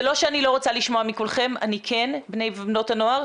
זה ל שאני לא רוצה לשמוע מכם בני ובנות הנוער,